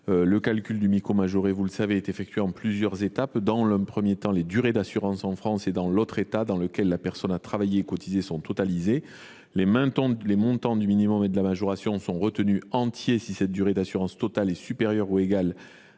Le calcul du Mico majoré, vous le savez, est effectué en plusieurs étapes. Dans un premier temps, les durées d’assurance en France et dans l’autre État dans lequel la personne a travaillé et cotisé sont totalisées ; les montants du minimum et de la majoration sont retenus entiers, si la durée d’assurance totale est supérieure ou égale